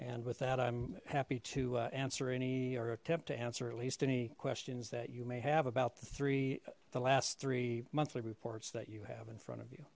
and with that i'm happy to answer any or attempt to answer at least any questions that you may have about the three the last three monthly reports that you have in front of you